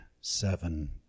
seven